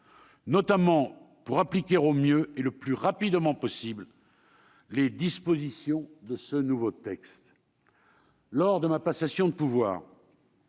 notamment pour appliquer au mieux et le plus rapidement possible les dispositions de ce nouveau texte. Lors de la passation de pouvoir,